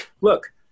look –